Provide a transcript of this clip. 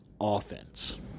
offense